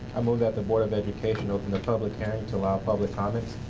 i move that the board of education open the public hearing to allow public comments.